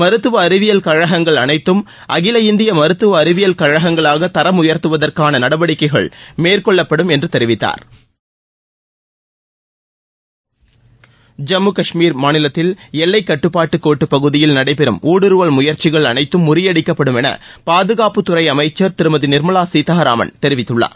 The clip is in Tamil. மருத்துவ அறிவியல் கழகங்கள் அனைத்தும் அகில இந்திய மருத்துவ அறிவியல் கழகங்களாக தரம் உயர்த்துவதற்கான நடவடிக்கைகள் மேற்கொள்ளப்படும் என்று தெரிவித்தார் ஜம்மு கஷ்மீர் மாநிலத்தில் எல்லை கட்டுப்பாட்டு கோட்டுப் பகுதியில் நடைபெறும் ஊடுருவல் முயற்சிகள் அனைத்தும் முறியடிக்கப்படும் என பாதுகாப்புத்துறை அமைச்சர் திருமதி நிர்மலா சீதாராமன் தெரிவித்துள்ளார்